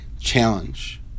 challenge